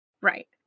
Right